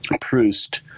Proust